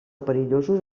perillosos